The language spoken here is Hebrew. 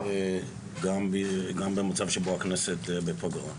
גם במצב שבו הכנסת בפגרה.